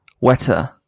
wetter